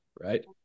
right